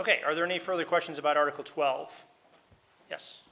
ok are there any further questions about article twelve yes